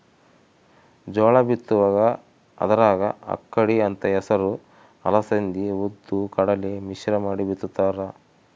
ಜೋಳ ಬಿತ್ತುವಾಗ ಅದರಾಗ ಅಕ್ಕಡಿ ಅಂತ ಹೆಸರು ಅಲಸಂದಿ ಉದ್ದು ಕಡಲೆ ಮಿಶ್ರ ಮಾಡಿ ಬಿತ್ತುತ್ತಾರ